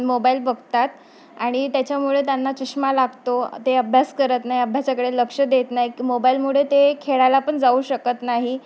mobile बघतात आणि त्याच्यामुळे त्यांना चष्मा लागतो ते अभ्यास करत नाही अभ्यासाकडे लक्ष देत नाही मोबाईलमुळे ते खेळायला पण जाऊ शकत नाही